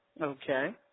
Okay